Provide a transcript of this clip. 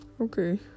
Okay